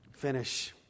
finish